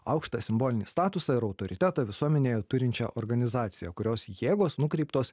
aukštą simbolinį statusą ir autoritetą visuomenėje turinčią organizaciją kurios jėgos nukreiptos